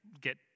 get